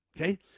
Okay